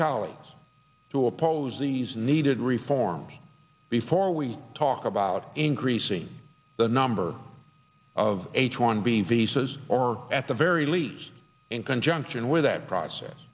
colleagues who oppose these needed reforms before we talk about increasing the number of h one b visas or at the very least in conjunction with that process